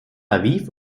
aviv